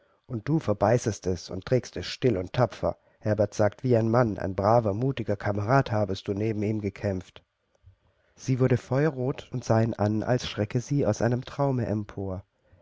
und du verbeißest es und trägst es still und tapfer herbert sagt wie ein mann ein braver mutiger kamerad habest du neben ihm gekämpft sie wurde feuerrot und sah ihn an als schrecke sie aus einem traume empor